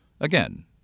Again